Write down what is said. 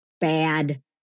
bad